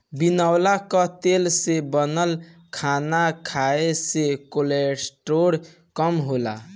बिनौला कअ तेल से बनल खाना खाए से कोलेस्ट्राल कम होला